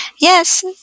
Yes